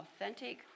authentic